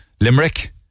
Limerick